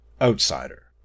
outsider